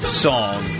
song